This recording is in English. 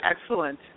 Excellent